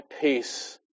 peace